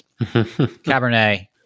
Cabernet